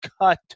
cut